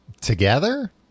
Together